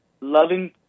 loving